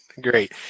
great